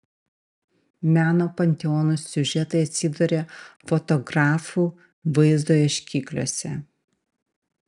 meno panteonų siužetai atsiduria fotografų vaizdo ieškikliuose